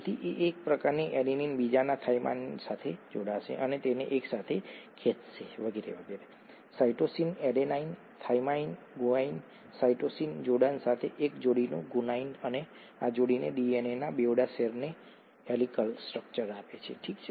તેથી એક પરની એડિનિન બીજાના થાઇમાઇન સાથે જોડાશે અને તેને એક સાથે ખેંચશે વગેરે વગેરે cytosine adenine thymine guanine cytosine જોડાણ સાથે એક જોડીનું ગુઆનાઇન અને આ જોડી ડીએનએના બેવડા સેરને હેલિકલ સ્ટ્રક્ચર આપે છે ઠીક છે